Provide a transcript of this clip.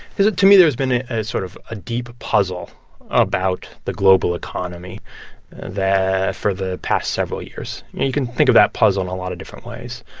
because to me, there's been ah a sort of a deep puzzle about the global economy that for the past several years. you can think of that puzzle and a lot of different ways.